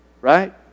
Right